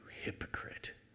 hypocrite